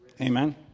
Amen